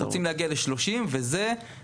אנחנו רוצים להגיע ל-30, ובעינינו,